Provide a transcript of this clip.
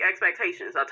Expectations